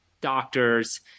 doctors